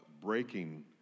breaking